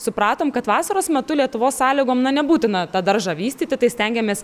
supratom kad vasaros metu lietuvos sąlygom na nebūtina tą daržą vystyti tai stengiamės